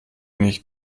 nicht